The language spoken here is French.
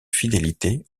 fidélité